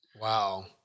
Wow